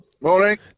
Morning